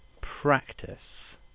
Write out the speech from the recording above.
practice